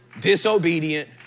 disobedient